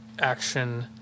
action